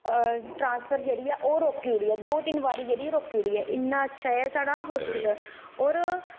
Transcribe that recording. transfer जेहड़ी ऐ ओह् रोक्की ओड़ी ऐ दो तिन बारी जेहड़ी ऐ रोकी ओड़ी ऐ इन्ना अच्छा ऐ साढ़ा हाॅस्पिटल और